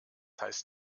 heißt